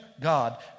God